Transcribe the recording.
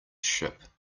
ship